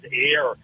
air